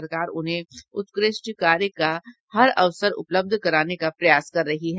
सरकार उन्हें उत्कृष्ट कार्य का हर अवसर उपलब्ध कराने का प्रयास कर रही है